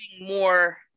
more